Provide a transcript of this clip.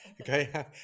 okay